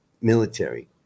military